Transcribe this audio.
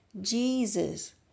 Jesus